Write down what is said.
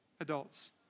adults